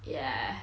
ya